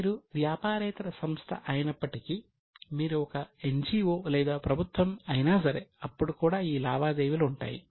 మీరు వ్యాపారేతర సంస్థ అయినప్పటికీ మీరు ఒక ఎన్జిఓ లేదా మీరు ప్రభుత్వం అయినా సరే అప్పుడు కూడా ఈ లావాదేవీలు ఉంటాయి